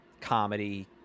comedy